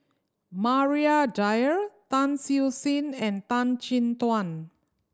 Maria Dyer Tan Siew Sin and Tan Chin Tuan